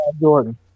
Jordan